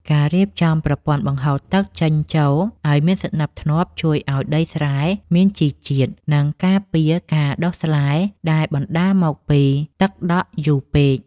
ការរៀបចំប្រព័ន្ធបង្ហូរទឹកចេញចូលឱ្យមានសណ្តាប់ធ្នាប់ជួយឱ្យដីស្រែមានជីជាតិ និងការពារការដុះស្លែដែលបណ្តាលមកពីទឹកដក់យូរពេក។